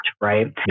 right